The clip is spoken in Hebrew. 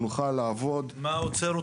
מה עוצר אתכם?